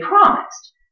promised